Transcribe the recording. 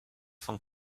von